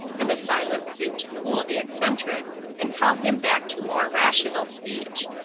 and the silence seemed to cool the eccentric and call him back to more rational speech.